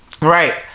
right